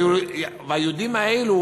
והיהודים האלה,